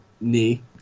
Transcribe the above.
knee